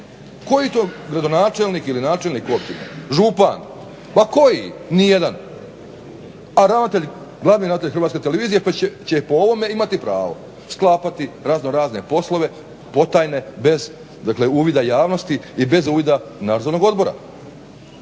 Koji to gradonačelnik ili načelnik općine, župan pa koji? Ni jedan. A ravnatelj, glavni ravnatelj Hrvatske televizije će po ovome imati pravo sklapati razno razne poslove potajne bez dakle uvida javnosti i bez uvida Nadzornog odbora.